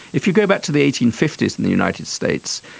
if you go back to the eighteen fifty s in the united states,